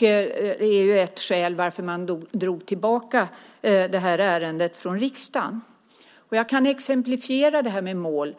Det är ett skäl till att man drog tillbaka det här ärendet från riksdagen. Jag kan exemplifiera det här med mål.